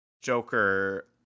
Joker